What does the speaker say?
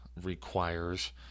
requires